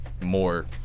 More